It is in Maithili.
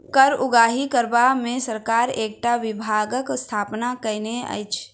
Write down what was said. कर उगाही करबा मे सरकार एकटा विभागक स्थापना कएने अछि